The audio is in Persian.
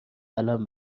قلم